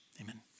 amen